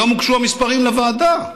היום הוגשו המספרים לוועדה,